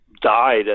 died